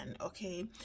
okay